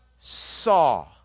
saw